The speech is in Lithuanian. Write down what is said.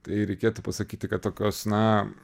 tai reikėtų pasakyti kad tokios na